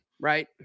right